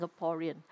Singaporean